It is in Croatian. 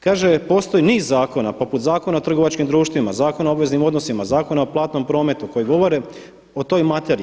Kaže: „Postoji niz zakona poput Zakona o trgovačkim društvima, Zakona o obveznim odnosima, Zakona o platnom prometu koji govore o toj materiji.